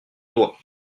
toi